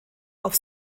auf